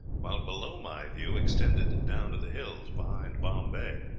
while below my view extended down to the hills behind bombay.